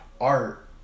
art